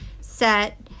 set